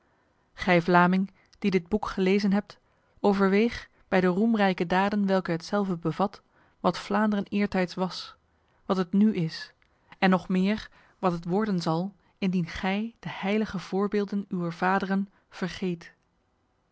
gij vlaming die dit boek gelezen hebt overweeg bij de roemrijke daden welke hetzelve bevat wat vlaanderen eertijds was wat het nu is en nog meer wat het worden zal indien gij de heilige voorbeelden uwer vaderen vergeet